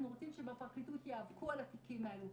אנחנו רוצים שבפרקליטות ייאבקו על התיקים האלו.